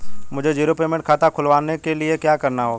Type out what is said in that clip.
मुझे zero payment खाता खुलवाने के लिए क्या करना होगा?